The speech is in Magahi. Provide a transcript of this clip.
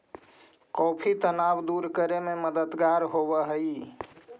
कॉफी तनाव दूर करे में मददगार होवऽ हई